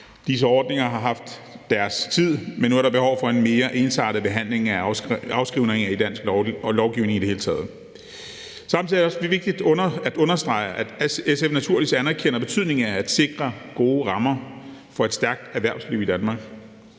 Disse ordninger har haft deres tid, men nu er der behov for en mere ensartet behandling af afskrivninger i dansk lovgivning i det hele taget. Samtidig er det også vigtigt at understrege, at SF naturligvis anerkender betydningen af at sikre gode rammer for et stærkt erhvervsliv i Danmark.